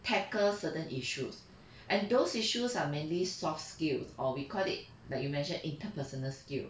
tackle certain issues and those issues are mainly soft skills or we call it like you mentioned interpersonal skill